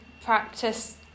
practice